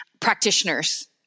practitioners